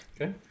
Okay